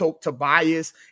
Tobias